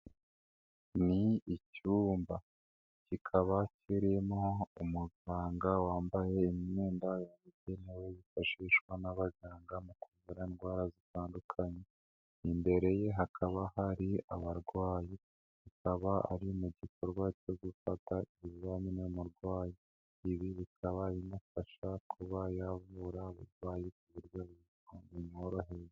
Ni icyumba, kikaba kirimo umuganga wambaye imyenda yabugenewe yifashishwa n'abaganga mu kuvura indwara zitandukanye, imbere ye hakaba hari abarwayi, akaba ari mu gikorwa cyo gufata ibizamini umurwayi, ibi bikaba bimufasha kuba yavura uburwayi ku buryo bumworoheye.